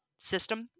System